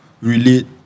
relate